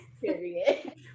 Period